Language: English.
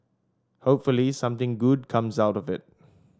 hopefully something good comes out of it